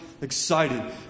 excited